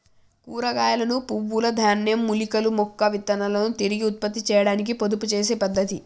కూరగాయలను, పువ్వుల, ధాన్యం, మూలికల యొక్క విత్తనాలను తిరిగి ఉత్పత్తి చేయాడానికి పొదుపు చేసే పద్ధతి